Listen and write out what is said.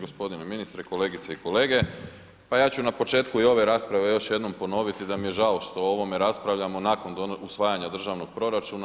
Gospodine ministre, kolegice i kolege, pa ja ću na početku i ove rasprave još jednom ponoviti da mi je žao što o ovome raspravljamo nakon usvajanja državnog proračuna.